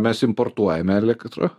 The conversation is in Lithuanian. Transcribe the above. mes importuojame elektrą